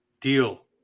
deal